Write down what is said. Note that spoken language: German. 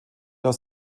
aus